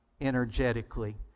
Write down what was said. energetically